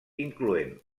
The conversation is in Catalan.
incloent